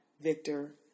Victor